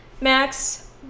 max